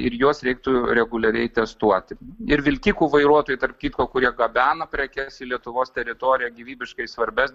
ir juos reiktų reguliariai testuoti ir vilkikų vairuotojai tarp kitko kurie gabena prekes į lietuvos teritoriją gyvybiškai svarbias